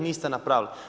Niste napravili.